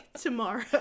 tomorrow